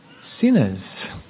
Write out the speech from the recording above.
sinners